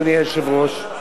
אדוני היושב-ראש?